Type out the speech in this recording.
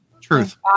Truth